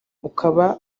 ukaba